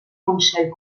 consell